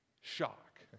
Shock